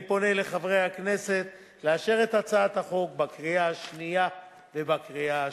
אני פונה לחברי הכנסת לאשר אותה בקריאה שנייה ובקריאה שלישית.